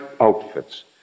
outfits